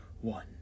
one